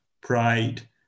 pride